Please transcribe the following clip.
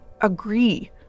agree